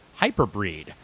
Hyperbreed